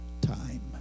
time